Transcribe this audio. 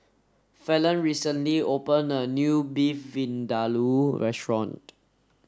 Fallon recently opened a new Beef Vindaloo restaurant